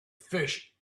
fish